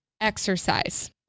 exercise